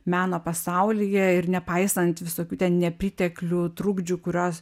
meno pasaulyje ir nepaisant visokių ten nepriteklių trukdžių kurios